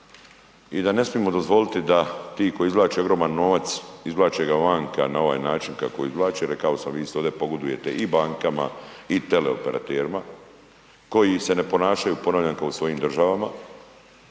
i da ne smijemo dozvoliti da ti koji izvlače ogroman novac izvlače ga vanka na ovaj način kako izvlače. Rekao sam isto pogodujete i bankama, i teleoperaterima koji se ne ponašaju ponavljam kao u svojim državama.